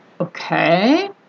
Okay